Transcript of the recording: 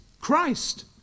Christ